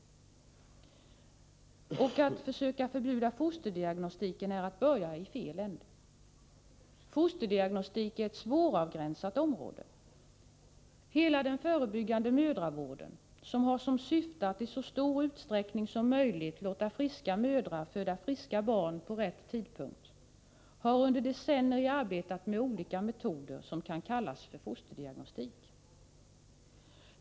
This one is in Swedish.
Och att försöka förbjuda fosterdiagnostiken är att börja i fel ände. Fosterdiagnostik är ett svåravgränsat område. Hela den förebyggande mödravården, med syfte att i så stor utsträckning som möjligt låt friska mödrar föda friska barn vid rätt tidpunkt, har under decennier arbetat med olika metoder som kan kallas för fosterdiagnostik.